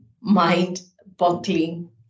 mind-boggling